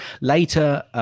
later